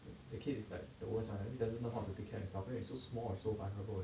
the kid is like the worst ah it doesn't know how to take care of himself cause is so small and so vulnerable